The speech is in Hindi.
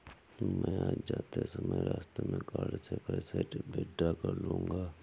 मैं आज जाते समय रास्ते में कार्ड से पैसे विड्रा कर लूंगा